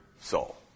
soul